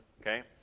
Okay